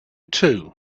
too